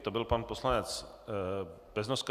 To byl pan poslanec Beznoska.